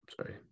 Sorry